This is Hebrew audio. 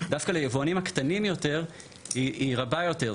דווקא ליבואנים הקטנים יותר היא רבה יותר.